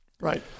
Right